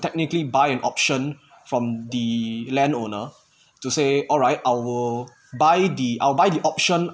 technically buy an option from the landowner to say alright I will buy the I'll buy option